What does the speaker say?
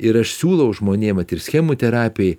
ir aš siūlau žmonėm vat ir schemų terapijoj